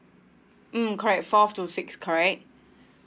mm correct fourth to sixth correct